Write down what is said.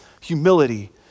humility